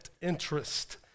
interest